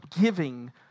giving